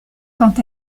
quant